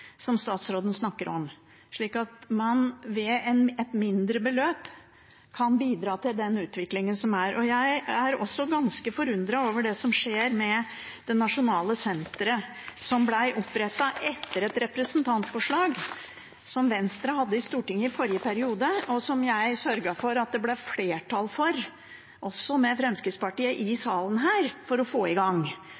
som statsråden snakker om, slik at man ved et mindre beløp kan bidra til den utviklingen som er. Jeg er også ganske forundret over det som skjer med det nasjonale senteret, som ble opprettet etter et representantforslag Venstre hadde i Stortinget i forrige periode, og som jeg sørget for at det ble flertall for her i salen, med Fremskrittspartiet også. Det var nettopp for å få i